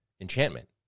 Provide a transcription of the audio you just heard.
Enchantment